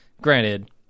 granted